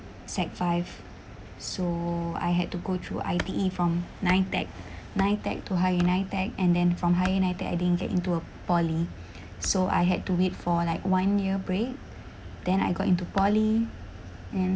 sec five so I had to go through I_B_E from NITECH NITECH to higher NITECH and then from higher NITECH I didn't get into a poly so I had to wait for like one year break then I got into poly and